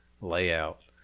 layout